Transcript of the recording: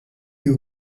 you